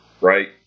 Right